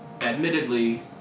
admittedly